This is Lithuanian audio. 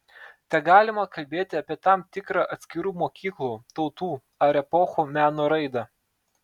tegalima kalbėti apie tam tikrą atskirų mokyklų tautų ar epochų meno raidą